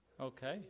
Okay